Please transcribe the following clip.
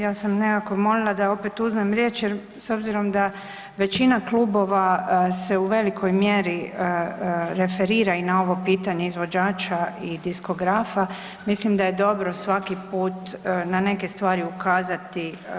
Ja sam nekako molila da opet uzmem riječ jer s obzirom da većina klubova se u velikoj mjeri referira i na ovo pitanje izvođača i diskografa mislim da je dobro svaki put na neke stvari ukazati.